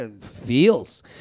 Feels